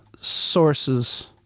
sources